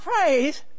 praise